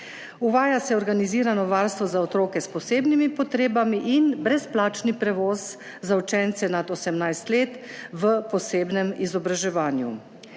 Uvaja se organizirano varstvo za otroke s posebnimi potrebami in brezplačni prevoz za učence nad 18 let v posebnem izobraževanju.